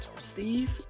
Steve